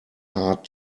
hard